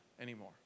anymore